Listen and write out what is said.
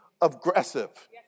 aggressive